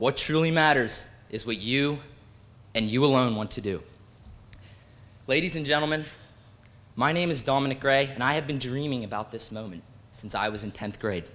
truly matters is what you and you alone want to do ladies and gentlemen my name is dominic gray and i have been dreaming about this moment since i was in tenth grade